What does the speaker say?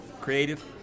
creative